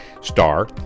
star